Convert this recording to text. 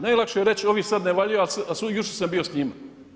Najlakše je reći ovi sada ne valjaju a jučer sam bio s njima.